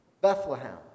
Bethlehem